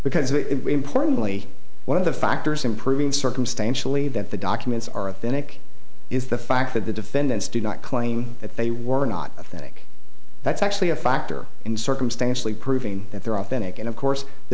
was important only one of the factors improving circumstantially that the documents are authentic is the fact that the defendants do not claim that they were not authentic that's actually a factor in circumstantially proving that they're authentic and of course the